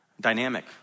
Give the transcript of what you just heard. Dynamic